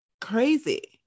crazy